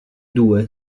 due